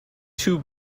too